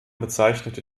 bezeichnete